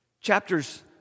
Chapters